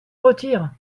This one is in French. retire